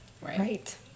Right